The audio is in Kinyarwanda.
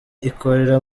ikorera